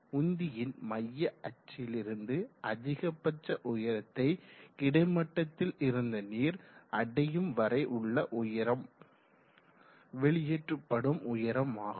உந்தியின் மைய அச்சில் இருந்து அதிகபட்ச உயரத்தை கிடைமட்டத்தில் இருந்த நீர் அடையும் வரை உள்ள உயரம் வெளியேற்றப்படும் உயரம் ஆகும்